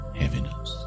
heaviness